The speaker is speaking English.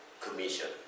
commission